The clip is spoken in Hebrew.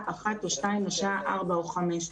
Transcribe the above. אחת או שתיים ועד השעות ארבע או חמש.